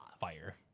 fire